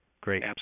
great